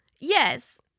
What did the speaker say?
Yes